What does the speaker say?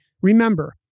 Remember